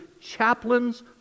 chaplains